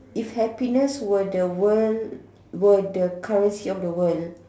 if happiness were the world were the currency of the world